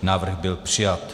Návrh byl přijat.